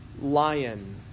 lion